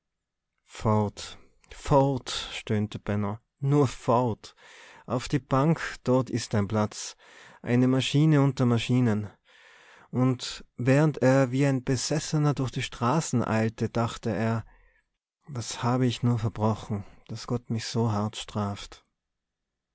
fort fort stöhnte benno nur fort auf die bank dort ist dein platz eine maschine unter maschinen und während er wie ein besessener durch die straßen eilte dachte er was habe ich nur verbrochen daß gott mich so hart straft